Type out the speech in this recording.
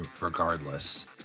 regardless